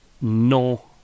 No